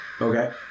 Okay